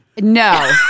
No